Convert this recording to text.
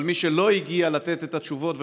אבל מי שלא הגיע לתת את התשובות,